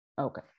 Okay